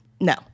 no